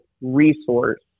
resource